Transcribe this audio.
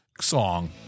song